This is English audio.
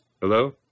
Hello